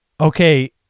okay